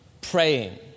praying